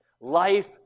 life